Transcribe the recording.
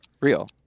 Real